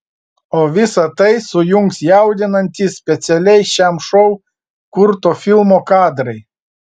o visa tai sujungs jaudinantys specialiai šiam šou kurto filmo kadrai